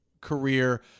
career